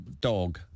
dog